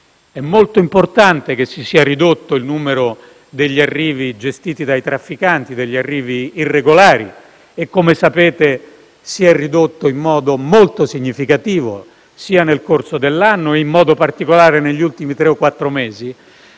È molto importante che si sia ridotto il numero degli arrivi irregolari gestiti dai trafficanti, che come sapete si è ridotto in modo molto significativo nel corso dell'anno, in modo particolare negli ultimi tre o quattro mesi,